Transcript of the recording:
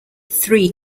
three